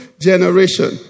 generation